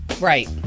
Right